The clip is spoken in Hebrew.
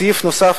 סעיף נוסף,